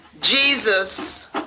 Jesus